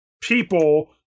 people